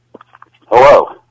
Hello